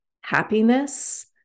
happiness